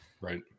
Right